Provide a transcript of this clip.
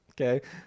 Okay